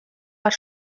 bat